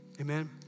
Amen